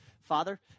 Father